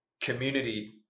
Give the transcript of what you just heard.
community